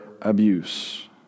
abuse